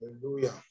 Hallelujah